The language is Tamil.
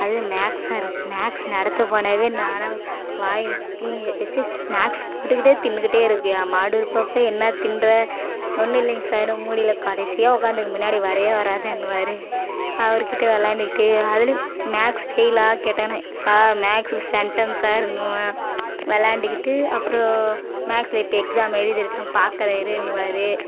அதுவும் மேக்ஸ் சார் மேக்ஸ் நடத்தப் போனால் நானும் வாய் கீய் எதாச்சும் ஸ்நாக்ஸ் போட்டுக்கிட்டே தின்னுகிட்டே இருப்பீயா மாடு இப்போப்ப ஏன்னா தின்ற ஒன்று இல்லைங்க சார் மூடியில் கடைசியாக உட்காந்துக்க முன்னாடி வரவே வராதன்னுவாரு அவருகிட்ட விளாண்டுக்கிட்டே அதுலேயும் மேக்ஸ் ஃபெயிலா கேட்டால் நான் சார் மேக்ஸில் சென்டம் சார்ன்னுவேன் விளாண்டுக்கிட்டு அப்புறோம் மேக்ஸ் ரேட்டு எக்ஸாம் எழுதிருக்கேன் பார்க்குறேன் இருன்னுவாரு